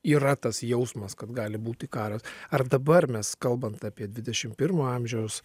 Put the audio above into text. yra tas jausmas kad gali būti karas ar dabar mes kalbant apie dvidešimt pirmo amžiaus